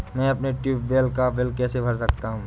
मैं अपने ट्यूबवेल का बिल कैसे भर सकता हूँ?